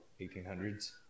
1800s